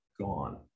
gone